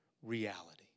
Reality